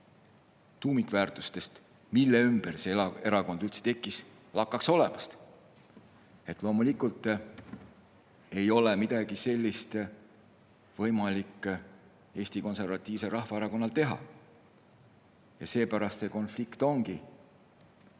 tuumikväärtustest, mille ümber see erakond üldse tekkis, lakkaks olemast. Loomulikult ei ole midagi sellist võimalik Eesti Konservatiivsel Rahvaerakonnal teha. Ja seepärast see konflikt ongi